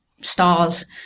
stars